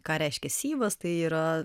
ką reiškia syvas tai yra